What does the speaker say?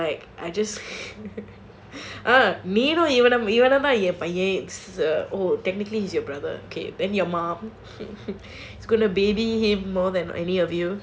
but like I just okay கொண்டு விடுவேன்:kondu viduvaen oh technically he is your brother okay then your mum is going to baby him more than any of you